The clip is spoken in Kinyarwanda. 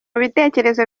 bitekerezo